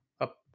up